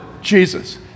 Jesus